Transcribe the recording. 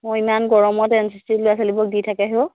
অ' ইমান গৰমত N C C ল'ৰা ছোৱালীবোৰক দি থাকে